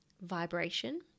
vibration